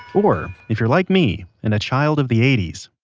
or, if you're like me, and a child of the eighty s,